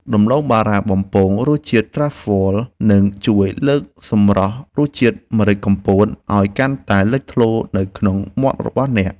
ដំឡូងបារាំងបំពងរសជាតិត្រាហ្វហ្វលនឹងជួយលើកសម្រស់រសជាតិម្រេចកំពតឱ្យកាន់តែលេចធ្លោនៅក្នុងមាត់របស់អ្នក។